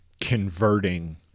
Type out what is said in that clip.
converting